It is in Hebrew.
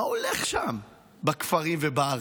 מה הולך שם בכפרים ובערים?